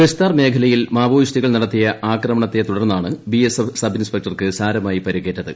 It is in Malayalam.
ബസ്താർ മേഖലയിൽ മാവോയിസ്റ്റുകൾ നടത്തിയ ആക്രമണത്തെത്തുടർന്നാണ് ബി എസ് എഫ് സബ് ഇൻസ്പെക്ടർക്ക് സാരമായി പരിക്കേറ്റത്